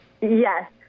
Yes